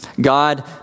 God